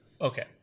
okay